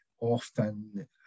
often